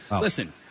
Listen